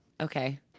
okay